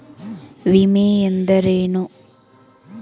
ವಿಮೆ ಎಂದರೇನು?